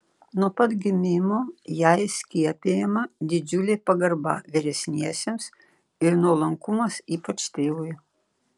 nuo pat gimimo jai skiepijama didžiulė pagarba vyresniesiems ir nuolankumas ypač tėvui